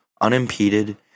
unimpeded